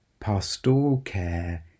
pastoralcare